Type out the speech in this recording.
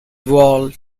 walled